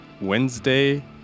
Wednesday